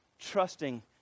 trusting